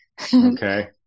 Okay